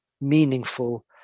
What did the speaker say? meaningful